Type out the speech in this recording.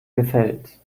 gefällt